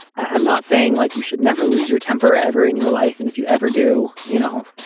i'm not saying like you should never lose your temper ever in your life. and if you ever do, you know,